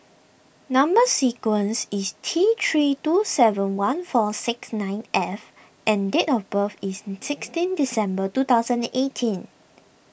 Number Sequence is T three two seven one four six nine F and date of birth is sixteen December two thousand and eighteen